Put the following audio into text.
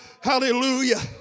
hallelujah